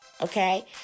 okay